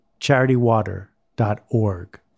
charitywater.org